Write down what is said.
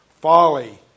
Folly